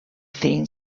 thing